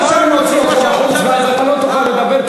או שאני מוציא אותך בחוץ ואז אתה לא תוכל לדבר,